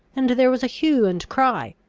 and there was a hue and cry,